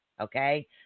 Okay